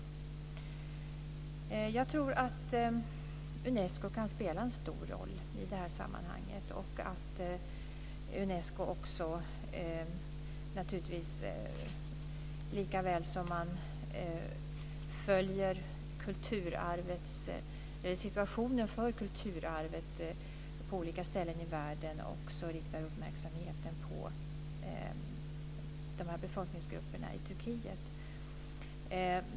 Jag tror att Unesco kan spela en stor roll i detta sammanhang och att man i Unesco likaväl som man följer situationen för kulturarvet på andra ställen i världen kan rikta uppmärksamheten på dessa befolkningsgrupper i Turkiet.